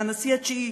מהנשיא התשיעי,